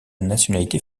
nationalité